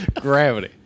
Gravity